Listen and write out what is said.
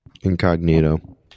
Incognito